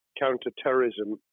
counter-terrorism